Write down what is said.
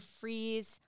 freeze